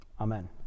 Amen